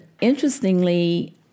interestingly